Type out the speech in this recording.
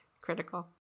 critical